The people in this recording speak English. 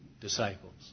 disciples